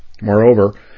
Moreover